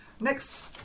Next